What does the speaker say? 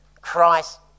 Christ